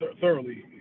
thoroughly